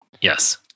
Yes